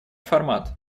формат